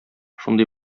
шундый